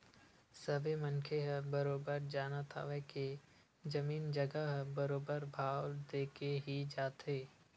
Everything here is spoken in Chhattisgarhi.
सबे मनखे ह बरोबर जानत हवय के जमीन जघा ह बरोबर भाव देके ही जाथे